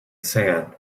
sand